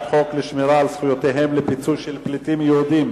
לשמירה על זכויותיהם לפיצוי של פליטים יהודים